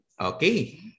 Okay